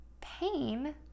pain